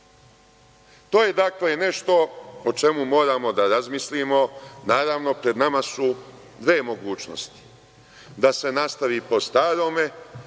to je nešto o čemu moramo da razmislimo. Naravno, pred nama su dve mogućnosti – da se nastavi po starome